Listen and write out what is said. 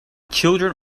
children